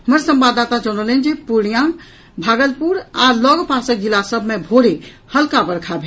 हमर संवाददाता जनौलनि जे पूर्णियां भागलपुर आ लऽग पासक जिला सभ मे भोरे हल्का वर्षा भेल